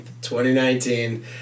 2019